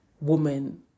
woman